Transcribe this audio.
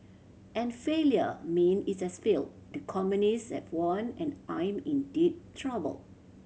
and failure mean it has failed the communist have won and I'm in deep trouble